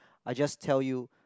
I just tell you